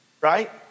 right